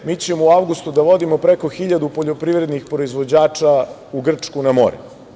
Mi ćemo u avgustu da vodimo preko 1.000 poljoprivrednih proizvođača u Grčku na more.